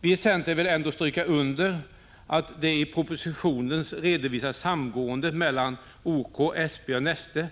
Vii centern vill ändå stryka under att det i propositionen redovisade samgåendet mellan OK, SP och Neste